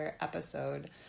episode